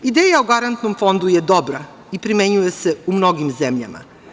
Ideja o garantnom fondu je dobra i primenjuje se u mnogim zemljama.